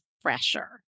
fresher